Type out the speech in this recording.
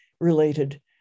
related